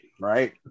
Right